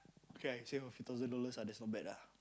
okay save a few thousand dollars ah that's not bad ah